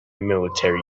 military